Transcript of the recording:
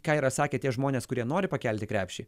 ką yra sakę tie žmonės kurie nori pakelti krepšį